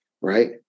right